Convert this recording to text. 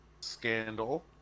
Scandal